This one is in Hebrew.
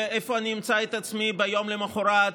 ואיפה אני אמצא את עצמי ביום המוחרת,